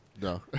No